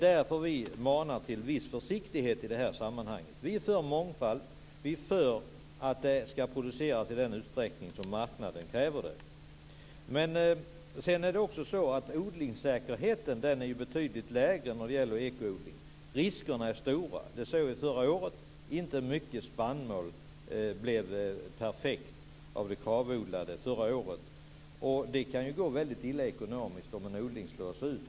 Därför manar vi till viss försiktighet i det här sammanhanget. Vi är för mångfald, och vi är för att det skall produceras i den utsträckning som marknaden kräver. Odlingssäkerheten är betydligt lägre när det gäller ekoodling. Riskerna är stora. Det såg vi förra året. Inte mycket av de Kravodlade spannmålen blev perfekt förra året. Det kan ju gå väldigt illa ekonomiskt om en odling slås ut.